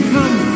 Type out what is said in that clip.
Come